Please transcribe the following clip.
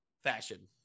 fashion